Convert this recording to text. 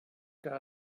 que